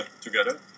together